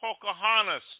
Pocahontas